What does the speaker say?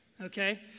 okay